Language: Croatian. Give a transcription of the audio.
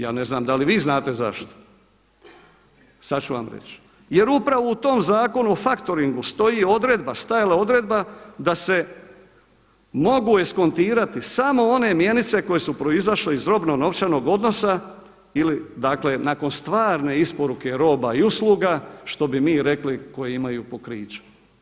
Ja ne znam da li vi znate zašto, sada ću vam reći jer upravo u tom Zakonu o faktoringu stajala je odredba da se mogu eskontirati samo one mjenice koje su proizašle iz robno novčanog odnosa ili nakon stvarne isporuke roba i usluga, što bi mi rekli koji imaju pokrića.